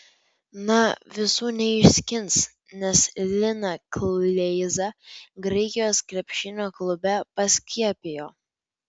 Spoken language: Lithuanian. na visų neišskins nes liną kleizą graikijos krepšinio klube paskiepijo